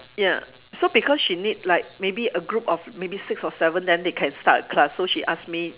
ya so because she need like maybe a group of maybe six or seven then they can start a class so she ask me